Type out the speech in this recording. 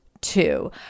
two